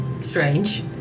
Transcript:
strange